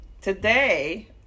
Today